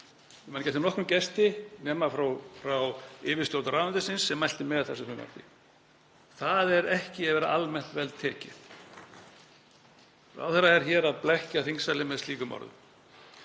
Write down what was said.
Það er ekki að vera almennt vel tekið. Ráðherra er að blekkja þingsalinn með slíkum orðum.